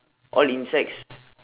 all insects